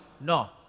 No